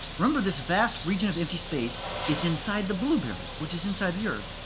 remember this vast region of empty space is inside the blueberry, which is inside the earth,